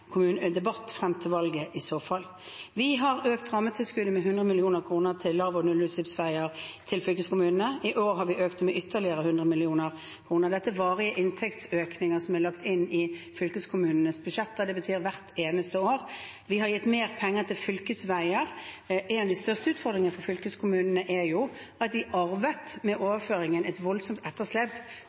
debatt frem til valget i så fall. Vi har økt rammetilskuddet med 100 mill. kr til lav- og nullutslippsferjer til fylkeskommunene. I år har vi økt med ytterligere 100 mill. kr. Dette er varige inntektsøkninger som er lagt inn i fylkeskommunenes budsjetter, det betyr hvert eneste år. Vi har gitt mer penger til fylkesveier. En av de største utfordringene for fylkeskommunene er at de med overføringen arvet et voldsomt etterslep